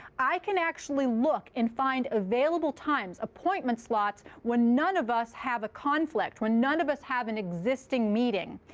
i can actually look and find available times, appointment slots when none of us have a conflict, when none of us have an existing meeting.